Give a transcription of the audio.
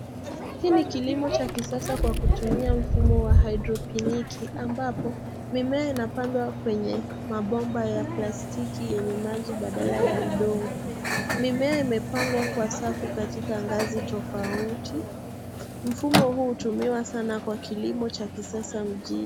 Hii ni kilimo cha kisasa kwa kutumia mfumo wa haidrponiki ambapo mimea yanapandwa kwenye mabomba ya plastiki yenye maji badala ya udongo. Mimea yamepangwa kwa safu katika ngazi tofauti. Mfumo huu hutumiwa sana kwa kilimo cha kisasa mjini.